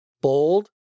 bold